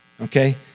okay